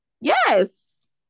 Yes